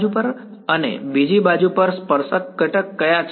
એક બાજુ પર અને બીજી બાજુ પર સ્પર્શક ઘટક ક્યાં છે